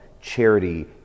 charity